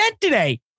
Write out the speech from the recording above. today